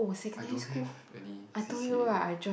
I don't have any C_C_A